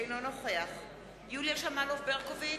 אינו נוכח יוליה שמאלוב-ברקוביץ,